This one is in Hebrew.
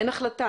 אין החלטה.